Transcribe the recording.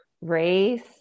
race